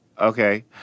Okay